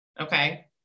Okay